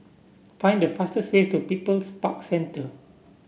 find the fastest way to People's Park Centre